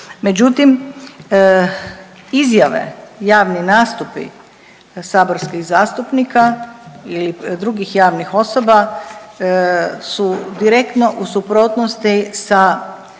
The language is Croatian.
Međutim izjave, javni nastupi saborskih zastupnika ili drugih javnih osoba su direktno u suprotnosti sa